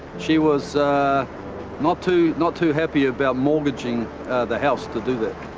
she was not too not too happy about mortgaging the house to do that.